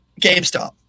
GameStop